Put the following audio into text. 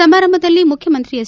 ಸಮಾರಂಭದಲ್ಲಿ ಮುಖ್ಯಮಂತ್ರಿ ಎಚ್